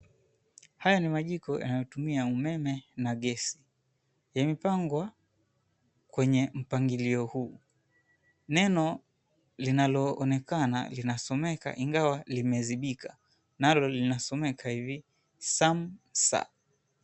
Haya ni majiko yanayotumia umeme na gesi, yamepangwa kwenye mpangilio huu. Neno linaloonekana linasomeka ingawa limezibika nalo linasomeka hivi, Samsa.